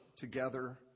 together